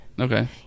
Okay